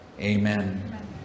Amen